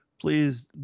Please